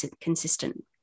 consistent